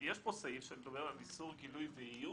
הסעיף מפנה לתוספת הרביעית,